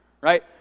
right